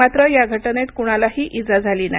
मात्र या घटनेत कुणालाही इजा झाली नाही